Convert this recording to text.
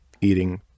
eating